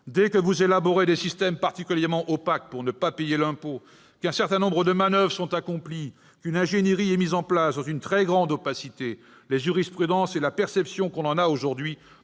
lors que vous élaborez des systèmes particulièrement opaques pour ne pas payer l'impôt, qu'un certain nombre de manoeuvres sont accomplies, qu'une ingénierie est mise en place dans une très grande opacité, les jurisprudences et la perception que l'on en a aujourd'hui